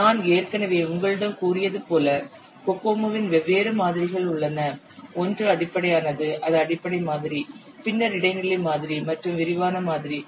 நான் ஏற்கனவே உங்களிடம் கூறியது போல கோகோமோவில் வெவ்வேறு மாதிரிகள் உள்ளன ஒன்று அடிப்படையானது அது அடிப்படை மாதிரி பின்னர் இடைநிலை மாதிரி மற்றும் விரிவான மாதிரி